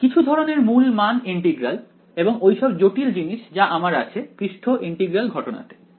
কিছু ধরনের মূল মান ইন্টিগ্রাল এবং ওইসব জটিল জিনিস যা আমরা পৃষ্ঠ ইন্টিগ্রাল ঘটনাতে দেখেছিলাম